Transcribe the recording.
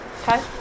Okay